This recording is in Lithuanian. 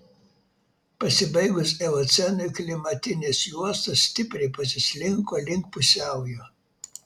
pasibaigus eocenui klimatinės juostos stipriai pasislinko link pusiaujo